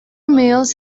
males